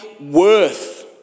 worth